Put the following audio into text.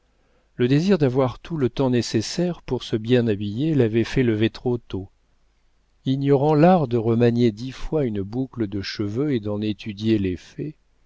le désir d'avoir tout le temps nécessaire pour se bien habiller l'avait fait lever trop tôt ignorant l'art de remanier dix fois une boucle de cheveux et d'en étudier